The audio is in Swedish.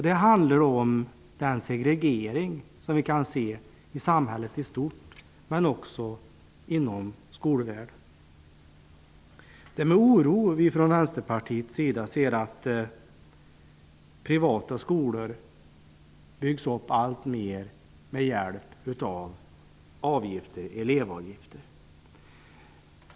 Det gäller den segregering som vi kan märka i samhället i stort och även inom skolvärlden. Det är med oro vi i Vänsterpartiet ser att privata skolor alltmer byggs upp med hjälp av elevavgifter.